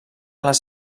les